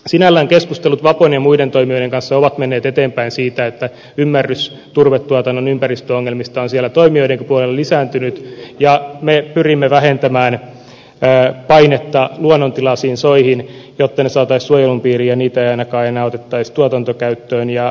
sinällään keskustelut vapon ja muiden toimijoiden kanssa ovat menneet eteenpäin siinä että ymmärrys turvetuotannon ympäristöongelmista on siellä toimijoidenkin puolella lisääntynyt ja me pyrimme vähentämään painetta luonnontilaisiin soihin jotta ne saataisiin suojelun piiriin ja niitä ei ainakaan enää otettaisi tuotantokäyttöön